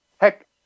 heck